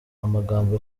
amagambo